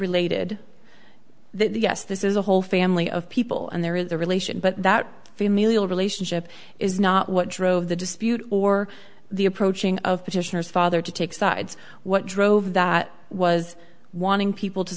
related yes this is a whole family of people and there is a relation but that familial relationship is not what drove the dispute or the approaching of petitioner's father to take sides what drove that was wanting people to